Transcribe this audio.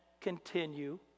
continue